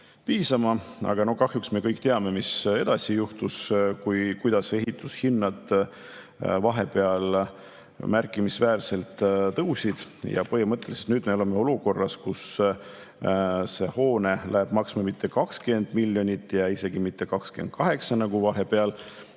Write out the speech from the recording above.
piisama. Kahjuks me kõik teame, mis edasi juhtus ja kuidas ehitushinnad vahepeal märkimisväärselt tõusid. Ja põhimõtteliselt nüüd me oleme olukorras, kus see hoone ei lähe maksma enam mitte 20 miljonit ja isegi mitte 28 miljonit, nagu vahepeal